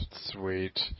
Sweet